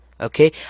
okay